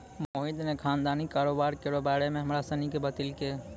मोहित ने खानदानी कारोबार केरो बारे मे हमरा सनी के बतैलकै